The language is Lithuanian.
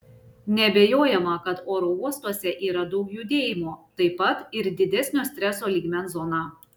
neabejojama kad oro uostuose yra daug judėjimo taip pat ir didesnio streso lygmens zona